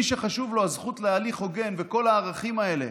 ומי שחשובים לו הזכות להליך הוגן וכל הערכים האלה